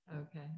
okay